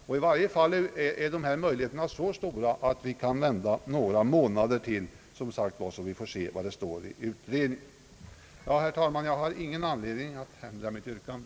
I varje fall är möjligheten så stor att vi kan vänta några månader till, så att vi får se vad som står i utredningens betänkande. Herr talman! Jag har ingen anledning att ändra mitt yrkande.